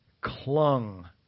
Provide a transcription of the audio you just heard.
clung